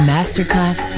Masterclass